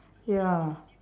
ya